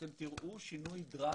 אתם תראו שינוי דרסטי.